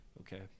Okay